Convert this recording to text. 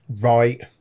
Right